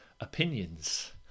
opinions